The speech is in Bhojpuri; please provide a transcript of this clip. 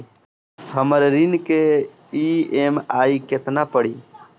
हमर ऋण के ई.एम.आई केतना पड़ी?